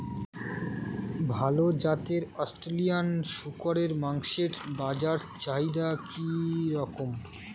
ভাল জাতের অস্ট্রেলিয়ান শূকরের মাংসের বাজার চাহিদা কি রকম?